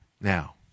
Now